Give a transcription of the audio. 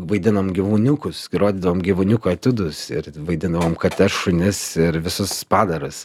vaidinom gyvūniukus rodydavom gyvūniukų etiudus ir vaidindavom kates šunis ir visus padarus